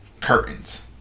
curtains